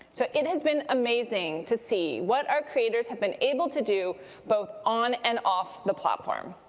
so it has been amazing to see what our creators have been able to do both on and off the platform.